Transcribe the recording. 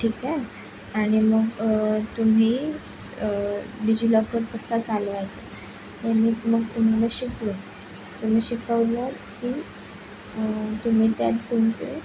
ठीक आहे आणि मग तुम्ही डिजिलॉकर कसा चालवायचा हे मी मग तुम्हाला शिकवेन तुम्ही शिकवलंत की तुम्ही त्यात तुमचे